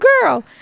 girl